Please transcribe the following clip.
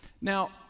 Now